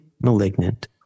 malignant